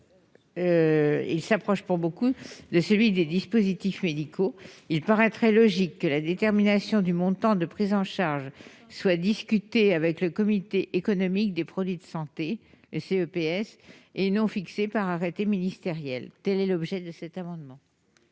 24, s'approche pour beaucoup de celui des dispositifs médicaux, il serait logique que la détermination du montant de la prise en charge soit discutée avec le Comité économique des produits de santé (CEPS) et non fixée par arrêté ministériel. Quel est l'avis de la commission